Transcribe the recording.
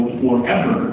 forever